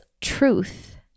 truth